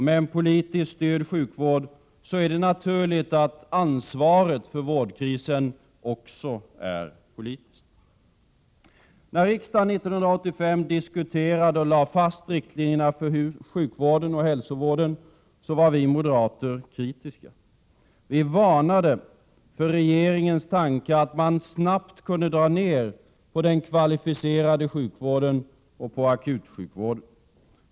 Med en politiskt styrd sjukvård är det naturligt att ansvaret för vårdkrisen också är politiskt. När riksdagen 1985 diskuterade och lade fast riktlinjerna för sjukvården och hälsovården var vi moderater kritiska. Vi varnade för regeringens tanke att man snabbt kunde dra ner på den kvalificerade sjukvården och akutsjukvården.